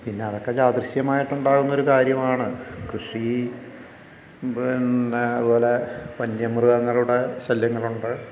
പിന്നെ അതൊക്കെ യാദൃശ്ചികമായിട്ട് ഉണ്ടാകുന്ന ഒരു കാര്യമാണ് കൃഷി പിന്നെ അതുപോലെ വന്യമൃഗങ്ങളുടെ ശല്യങ്ങളുണ്ട്